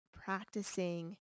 practicing